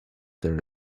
there